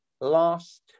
last